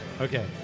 Okay